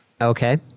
Okay